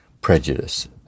prejudice